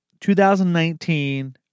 2019